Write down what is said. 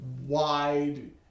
Wide